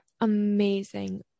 amazing